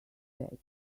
bed